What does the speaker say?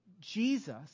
Jesus